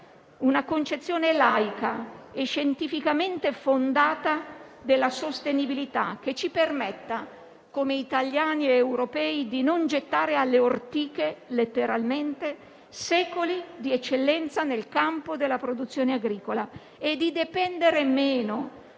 Una concezione laica e scientificamente fondata della sostenibilità, che ci permetta, come italiani ed europei, di non gettare alle ortiche, letteralmente, secoli di eccellenza nel campo della produzione agricola e di dipendere meno